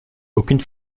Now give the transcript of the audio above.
aucune